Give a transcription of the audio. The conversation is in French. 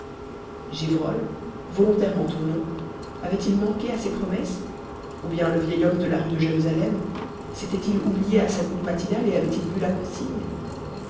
gévrol volontairement ou non avait-il manqué à ses promesses ou bien le vieil homme de la rue de jérusalem s'était-il oublié à sa goutte matinale et avait-il bu la consigne